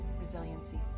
Resiliency